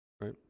Right